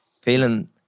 feeling